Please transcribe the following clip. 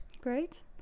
Great